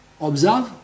Observe